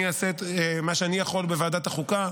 אני אעשה מה שאני יכול בוועדת החוקה,